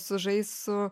sužais su